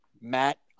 Matt